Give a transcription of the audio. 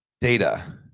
Data